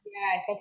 yes